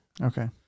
Okay